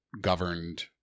governed